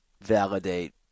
validate